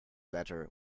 letter